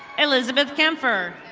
elizabeth camphor.